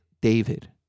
David